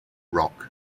rock